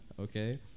Okay